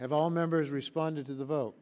have all members responded to the vote